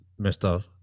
Mr